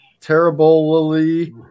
terribly